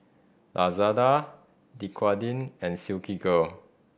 Lazada Dequadin and Silkygirl